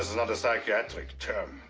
not a psychiatric term.